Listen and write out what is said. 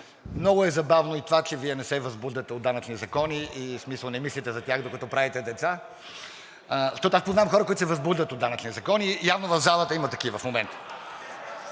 Много е забавно и това, че Вие не се възбуждате от данъчни закони и в смисъл не мислите за тях, докато правите деца, защото аз познавам хора, които се възбуждат от данъчни закони. Явно в залата има такива в момента.